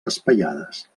espaiades